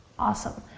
awesome,